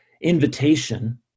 invitation